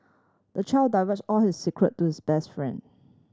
the child divulged all his secret to his best friend